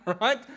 right